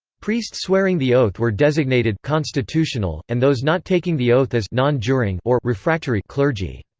priests swearing the oath were designated constitutional, and those not taking the oath as non-juring or refractory clergy.